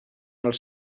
els